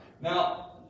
Now